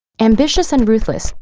ambitious and ruthless,